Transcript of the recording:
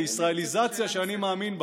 לישראליזציה שאני מאמין בה,